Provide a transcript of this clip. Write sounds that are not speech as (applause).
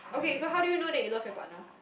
yeah (breath)